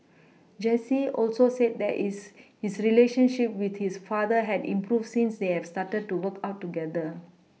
Jesse also said that is his relationship with his father had improved since they started to work out together